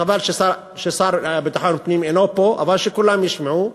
חבל שהשר לביטחון הפנים אינו פה, אבל שכולם ישמעו,